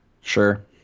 Sure